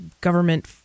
government